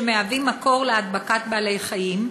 שמהווים מקור להדבקת בעלי חיים,